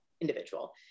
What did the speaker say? individual